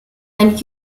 ein